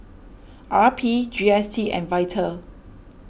R P G S T and Vital